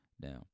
now